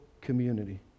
community